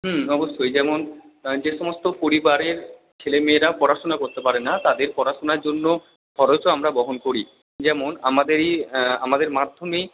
হুম অবশ্যই যেমন যে সমস্ত পরিবারের ছেলেমেয়েরা পড়াশুনা করতে পারে না তাদের পড়াশুনার জন্য খরচও আমরা বহন করি যেমন আমাদের এই আমাদের মাধ্যমেই